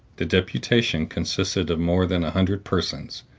the deputation consisted of more than a hundred persons.